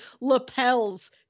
lapels